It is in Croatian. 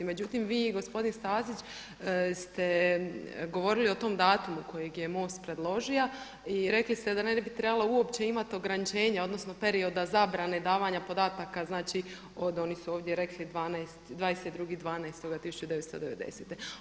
Međutim, vi i gospodin Stazić ste govorili o tome datumu kojeg je Most predložio i rekli ste da ne bi trebalo imati uopće ograničenja odnosno perioda zabrane davanja podataka znači oni su ovdje rekli 22.12.1990.